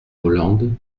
hollande